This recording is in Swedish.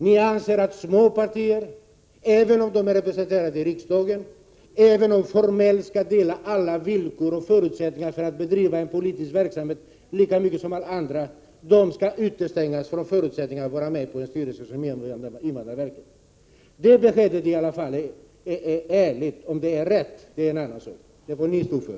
Ni anser att små partier — även om de är representerade i riksdagen och även om de formellt skall dela alla förutsättningar för att bedriva politisk verksamhet — skall utestängas från möjligheten att sitta i en styrelse som t.ex. invandrarverkets. Detta är åtminstone ett ärligt besked — om det är rätt är en annan sak! Det får ni ta ansvar för.